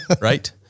right